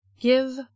give